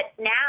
now